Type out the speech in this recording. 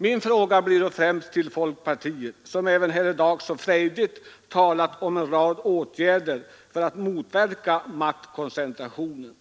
Min fråga blir då främst till folkpartiet, vars företrädare även här i dag så frejdigt talat om en rad åtgärder för att motverka maktkoncentrationen: